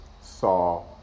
saw